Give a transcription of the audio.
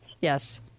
Yes